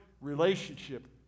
relationship